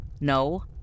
No